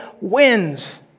wins